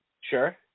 Sure